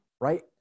right